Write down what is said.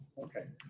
okay.